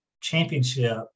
championship